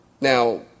Now